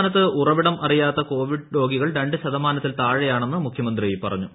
സംസ്ഥാനത്ത് ഉറവിടം അറിയാത്ത കോവിഡ് രോഗികൾ രണ്ടു ശതമാനത്തിൽ താഴെയാണെന്ന് മുഖ്യമന്ത്രി പറഞ്ഞു